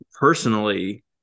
Personally